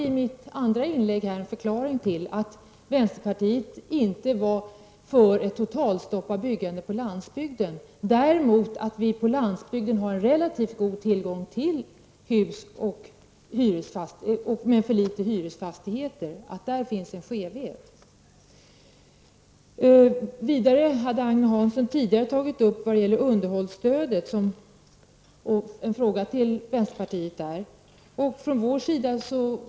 I mitt andra inlägg gav jag en förklaring till att vänsterpartiet inte var för ett totalstopp av byggande på landsbygden. Däremot har vi på landsbygden relativt god tillgång till hus, men för litet hyresfastigheter. Där finns en skevhet. Vidare hade Agne Hansson tidigare ställt en fråga till vänsterpartiet om underhållsstödet.